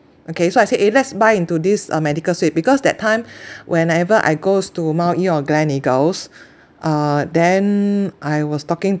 okay so I say eh let's buy into this uh medical suite because that time whenever I goes to mount E or gleneagles uh then I was talking